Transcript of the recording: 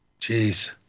Jeez